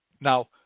Now